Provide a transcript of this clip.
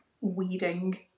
weeding